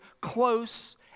close